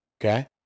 Okay